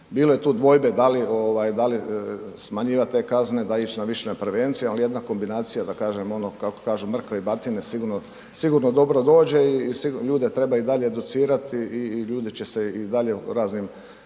Bilo je tu dvojbe da li smanjivati te kazne i ići više na prevencije, ali jedna kombinacija da kažem ono kako kažu mrkve i batine sigurno dobro dođe. I ljude treba i dalje educirati i ljudi će se i dalje raznim